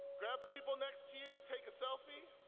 grab the people next to you, take a selfie,